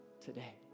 today